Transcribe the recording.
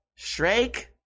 Shrek